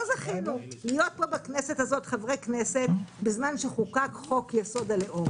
לא זכינו להיות פה חברי כנסת בזמן שחוקק חוק-יסוד: הלאום.